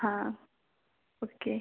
हां ओके